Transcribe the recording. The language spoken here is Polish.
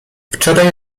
wczoraj